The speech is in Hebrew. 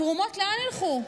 התרומות, לאן ילכו?